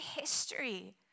history